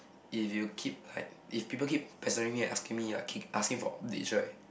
if you keep like if people keep pestering me and asking me like keep asking for this right